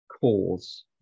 cause